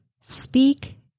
Speak